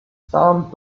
some